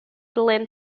glen